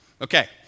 Okay